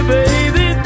baby